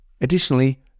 Additionally